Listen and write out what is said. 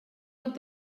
pot